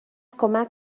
کمک